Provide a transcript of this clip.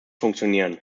funktionieren